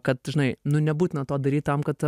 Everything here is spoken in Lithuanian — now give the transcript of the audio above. kad žinai nu nebūtina to daryt tam kad